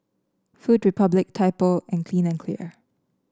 Food Republic Typo and Clean and Clear